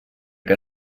que